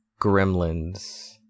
gremlins